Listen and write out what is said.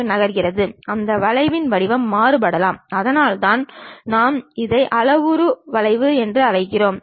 பொருளானது சற்று வளைந்து இருக்கலாம் அதனால் பொருள் குறித்த முழு தகவலையும் நாம் பெறாமல் போகலாம்